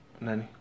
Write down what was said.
Nani